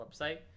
website